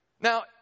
Now